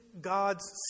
God's